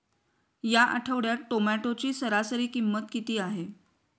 या आठवड्यात टोमॅटोची सरासरी किंमत किती आहे?